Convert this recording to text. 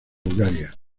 bulgaria